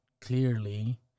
clearly